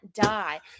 die